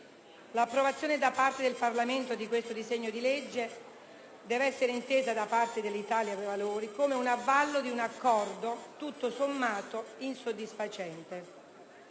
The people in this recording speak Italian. L'approvazione da parte del Parlamento di questo disegno di legge deve essere intesa dall'Italia dei Valori come l'avallo di un Accordo tutto sommato insoddisfacente.